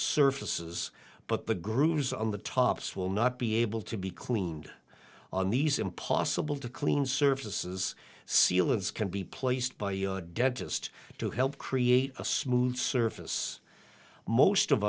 surfaces but the grooves on the tops will not be able to be cleaned on these impossible to clean surfaces sealants can be placed by a dentist to help create a smooth surface most of